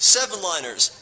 Sevenliners